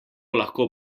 lahko